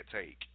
take